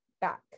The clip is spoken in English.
back